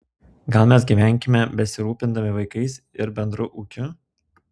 gal mes gyvenkime besirūpindami vaikais ir bendru ūkiu